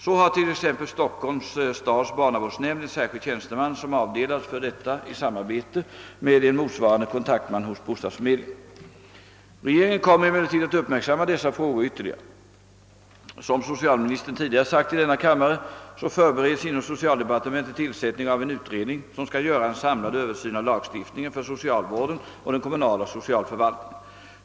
Så har t.ex. Stockholms stads barnavårdsnämnd en särskild tjänsteman, som avdelats för detta samarbete med en motsvarande kontaktman hos bostadsförmedlingen. Regeringen kommer emellertid att uppmärksamma dessa frågor ytterligare. Som socialministern tidigare sagt i denna kammare förbereds inom socialdepartementet tillsättning av en utredning, som skall göra en samlad översyn av lagstiftningen för socialvården och den kommunala = socialförvaltningen.